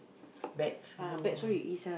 back to